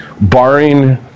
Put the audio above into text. Barring